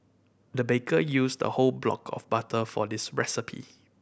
the baker used a whole block of butter for this recipe